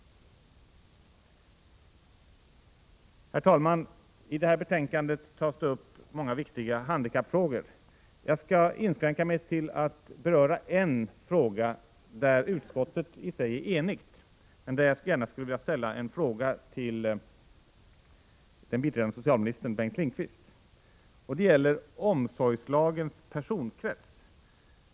Herr talman! I detta betänkande tas många viktiga handikappfrågor upp. Jag skall inskränka mig till att beröra en punkt där utskottet i sig är enigt, och jag skulle gärna vilja ställa en fråga till den biträdande socialministern Bengt Lindqvist. Det gäller omsorgslagens personkrets.